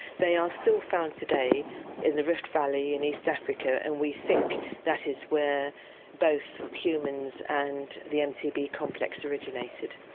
they are still found today in the rift valley in east africa and we think that is where both humans and the mtb complex originated.